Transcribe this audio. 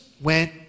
went